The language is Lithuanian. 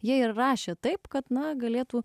jie ir rašė taip kad na galėtų